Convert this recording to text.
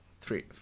three